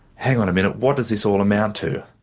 hang on a minute, what does this all amount to?